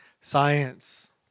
science